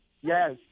Yes